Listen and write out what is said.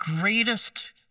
greatest